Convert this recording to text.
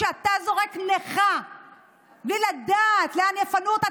כשאתה זורק נכה בלי לדעת לאן יפנו אותה,